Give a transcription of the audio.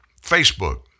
Facebook